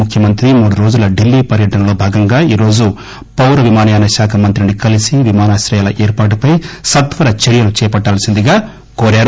ముఖ్యమంత్రి మూడు రోజుల ఢిల్లీ పర్యటనలో భాగంగా ఈరోజు పౌర విమానయానశాఖ మంత్రిని కలిసి విమానాశ్రయాల ఏర్పాటుపై సత్వర చర్యలు చేపట్టవల్సిందిగా కోరారు